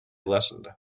lessened